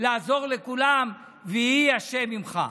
לעזור לכולם, ויהי ה' עימך.